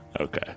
okay